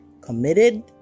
committed